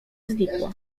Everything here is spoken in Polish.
znikło